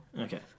Okay